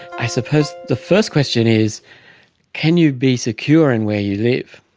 i suppose the first question is can you be secure in where you live?